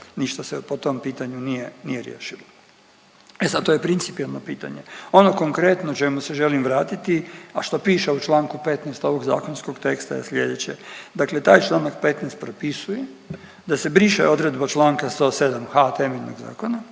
ništa se po tom pitanju nije, nije riješilo. E sad to je principijelno pitanje. Ono konkretno čemu se želim vratiti, a što piše u čl. 15. ovog zakonskog teksta je slijedeće, dakle taj čl. 15. propisuje da se briše odredba čl. 107.h. temeljnog zakona,